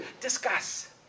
Discuss